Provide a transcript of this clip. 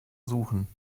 suchen